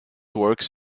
works